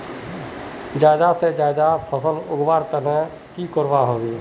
ज्यादा से ज्यादा फसल उगवार तने की की करबय होबे?